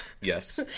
Yes